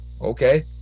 okay